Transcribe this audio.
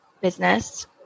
business